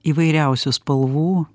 įvairiausių spalvų